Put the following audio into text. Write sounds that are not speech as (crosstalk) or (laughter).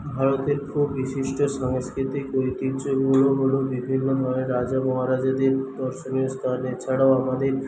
ভারতের (unintelligible) বিশিষ্ট সাংস্কৃতিক ঐতিহ্য (unintelligible) রাজা মহারাজাদের দর্শনীয় স্থান এছাড়াও আমাদের